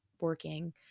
working